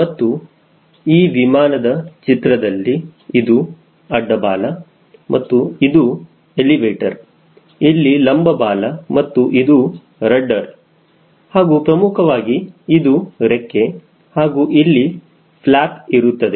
ಮತ್ತು ಈ ವಿಮಾನದ ಚಿತ್ರದಲ್ಲಿ ಇದು ಅಡ್ಡ ಬಾಲ ಮತ್ತು ಇದು ಎಲಿವೇಟರ್ ಇಲ್ಲಿ ಲಂಬ ಬಾಲ ಮತ್ತು ಇದು ರಡ್ಡರ ಹಾಗೂ ಪ್ರಮುಖವಾಗಿ ಇದು ರೆಕ್ಕೆ ಹಾಗೂ ಇಲ್ಲಿ ಫ್ಲ್ಯಾಪ್ ಇರುತ್ತದೆ